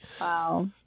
Wow